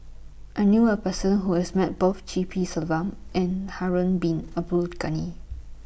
I knew A Person Who has Met Both G P Selvam and Harun Bin Abdul Ghani